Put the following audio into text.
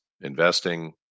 investing